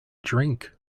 drink